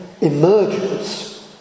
emerges